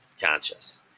conscious